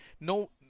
no